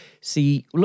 see